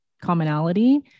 commonality